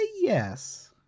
yes